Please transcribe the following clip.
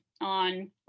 on